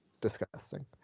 Disgusting